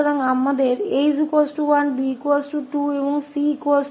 तो हमारे पास 𝐴 1 𝐵 2 और 𝐶 8 है